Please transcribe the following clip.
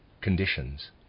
conditions